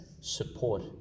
Support